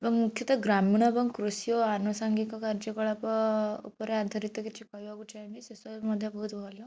ମୁଁ ମୁଖ୍ୟତଃ ଗ୍ରାମୀଣ ଏବଂ କୃଷି ଓ ଆନୁସାଙ୍ଗିକ କାର୍ଯ୍ୟକଳାପ ଉପରେ ଆଧାରିତ କିଛି କହିବାକୁ ଚାହିଁବି ସେସବୁ ମଧ୍ୟ ବହୁତ ଭଲ